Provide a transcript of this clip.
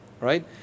right